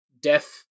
death